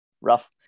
rough